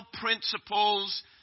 principles